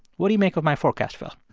what do you make of my forecast, phil?